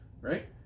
right